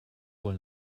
wohl